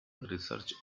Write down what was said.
research